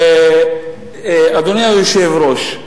אדוני היושב-ראש,